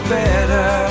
better